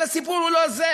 אבל הסיפור הוא לא זה,